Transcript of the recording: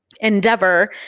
endeavor